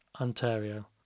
Ontario